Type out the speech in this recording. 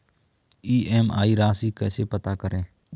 EMI राशि कैसे पता करें?